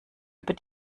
über